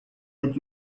that